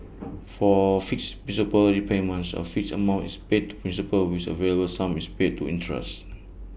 for fixed principal repayments A fixed amount is paid to principal with A variable sum is paid to interest